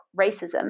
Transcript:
racism